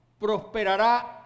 prosperará